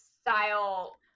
style